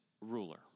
ruler